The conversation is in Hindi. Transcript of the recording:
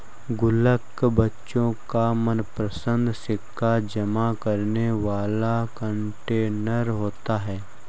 गुल्लक बच्चों का मनपंसद सिक्का जमा करने वाला कंटेनर होता है